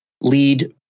lead